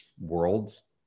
worlds